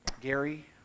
Gary